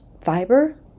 fiber